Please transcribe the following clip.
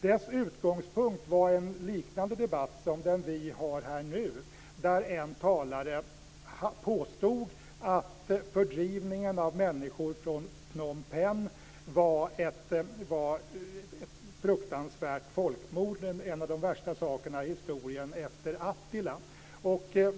Dess utgångspunkt var en liknande debatt som den vi har här nu, där en talare påstod att fördrivningen av människor från Phnom Penh var ett fruktansvärt folkmord, en av de värsta händelserna i historien efter Attila.